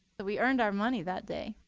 but we earned our money that day.